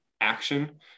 action